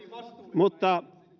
mutta